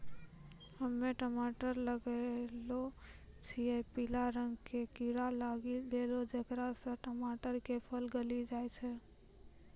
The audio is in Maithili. हम्मे टमाटर लगैलो छियै पीला रंग के कीड़ा लागी गैलै जेकरा से टमाटर के फल गली जाय छै?